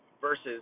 versus